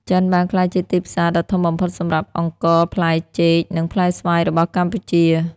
ចិនបានក្លាយជាទីផ្សារដ៏ធំបំផុតសម្រាប់អង្ករ ផ្លែចេក និងផ្លែស្វាយរបស់កម្ពុជា។